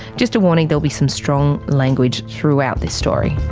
just a warning, there'll be some strong language throughout this story.